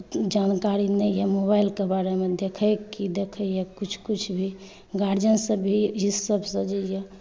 जानकारी नहि यऽ मोबाइलके बारेमे देखैक ई देखैए किछु किछु भी गार्जिअन सभ भी ई सभसँ जे यऽ